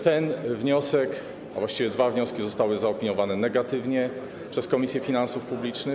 Ten wniosek, a właściwie dwa wnioski zostały zaopiniowane negatywnie przez Komisję Finansów Publicznych.